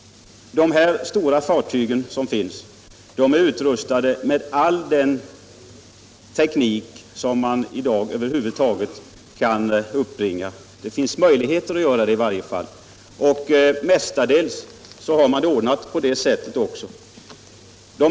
Stora tankfartyg är i de Nesta fall utrustade med alla de tekniska hjälpmedel som man över huvud taget kan uppbringa. De mindre tankfartygen har man inte möjlighet att utrusta på samma sätt.